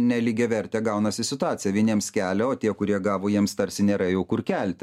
nelygiavertė gaunasi situacija vieniems kelia o tie kurie gavo jiems tarsi nėra jau kur kelti